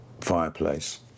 fireplace